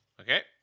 Okay